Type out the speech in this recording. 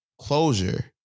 closure